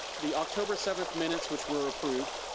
the october seventh minutes which were approved,